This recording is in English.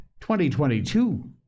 2022